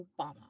Obama